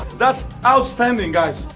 that's outstanding, guys.